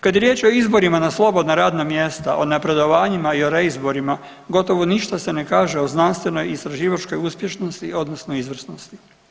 Kad je riječ o izborima na slobodna radna mjesta, o napredovanjima i o reizborima gotovo ništa se ne kaže o znanstvenoistraživačkoj uspješnosti odnosno izvrsnosti.